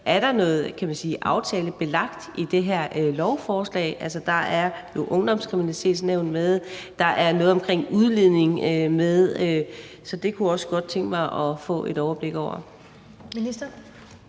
Er der noget aftalebelagt i det her lovforslag? Altså, der er jo ungdomskriminalitetsnævnet med, og der er noget om udligning med, så det kunne jeg også godt tænke mig at få et overblik over.